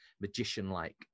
magician-like